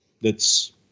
thats